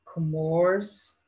Comores